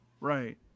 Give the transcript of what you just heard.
right